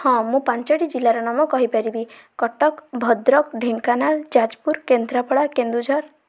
ହଁ ମୁଁ ପାଞ୍ଚଟି ଜିଲ୍ଲାର ନାମ କହିପାରିବି କଟକ ଭଦ୍ରକ ଢେଙ୍କାନାଳ ଯାଜପୁର କେନ୍ଦ୍ରାପଡ଼ା କେନ୍ଦୁଝର